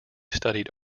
studied